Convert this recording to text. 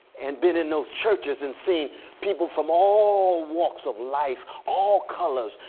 and been in those churches and seen people from all walks of life, all colors,